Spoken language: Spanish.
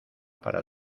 para